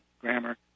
grammar